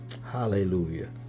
Hallelujah